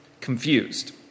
confused